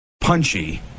punchy